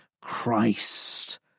christ